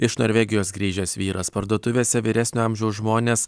iš norvegijos grįžęs vyras parduotuvėse vyresnio amžiaus žmonės